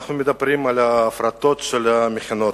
אנחנו מדברים על ההפרטה של המכינות.